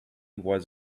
was